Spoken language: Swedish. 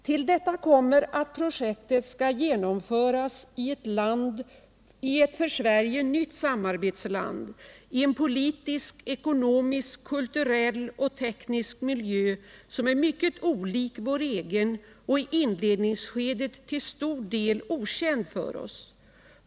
Till detta kommer, att projektet skall genomföras i ett för Sverige nytt samarbetsland, i en politisk, ekonomisk, kulturell och teknisk miljö, som är mycket olik vår egen och i inledningsskedet till stor del okänd för oss.